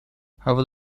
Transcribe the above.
however